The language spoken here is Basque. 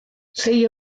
sei